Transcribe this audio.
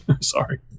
sorry